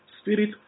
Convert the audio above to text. spirit